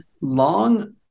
long